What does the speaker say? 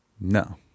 No